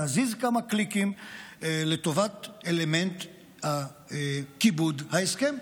להזיז כמה קליקים לטובת אלמנט כיבוד ההסכם.